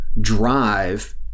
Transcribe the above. drive